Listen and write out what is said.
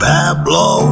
Pablo